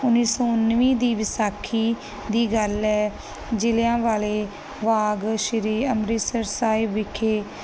ਉੱਨੀ ਸੌ ਉੱਨਵੀਂ ਦੀ ਵਿਸਾਖੀ ਦੀ ਗੱਲ ਹੈ ਜਿਲਿਆਂ ਵਾਲੇ ਬਾਗ ਸ੍ਰੀ ਅੰਮ੍ਰਿਤਸਰ ਸਾਹਿਬ ਵਿਖੇ